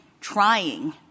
trying